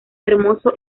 hermoso